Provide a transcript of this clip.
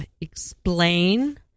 explain